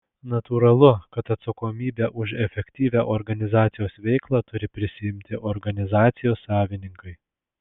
natūralu kad atsakomybę už efektyvią organizacijos veiklą turi prisiimti organizacijos savininkai